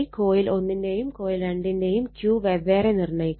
coil 1 ന്റെയും coil 2 ന്റെയും Q വെവ്വേറെ നിർണ്ണയിക്കുക